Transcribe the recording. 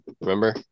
Remember